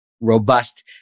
robust